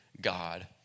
God